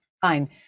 Fine